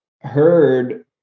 heard